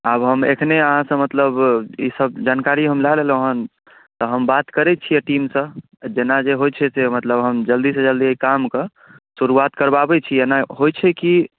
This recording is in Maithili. आब हम एखने अहाँ सऽ मतलब ई सब जानकारी हम लए लेलहुॅं हन तऽ हम बात करै छियै टीम सऽ जेना जे होइ छै से मतलब हम जल्दी सऽ जल्दी काम के शुरुआत करबाबै छी एना होइ छै की